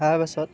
তাৰপাছত